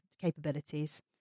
capabilities